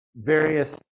Various